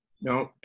No